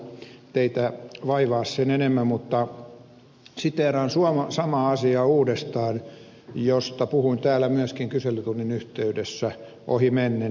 minä en niillä teitä vaivaa sen enempää mutta siteeraan samaa asiaa uudestaan josta puhuin täällä myöskin kyselytunnin yhteydessä ohimennen